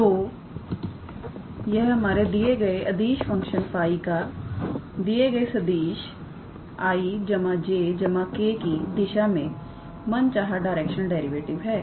तोयह हमारे दिए गए अदिश फंक्शन 𝜑 का दिए गए सदिश 𝑖̂ 𝑗̂ 𝑘̂ की दिशा में मन चाहा डायरेक्शनल डेरिवेटिव है